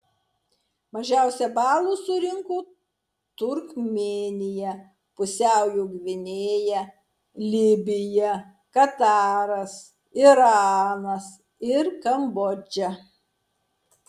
mažiausiai balų surinko turkmėnija pusiaujo gvinėja libija kataras iranas ir kambodža